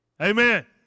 Amen